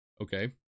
okay